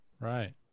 Right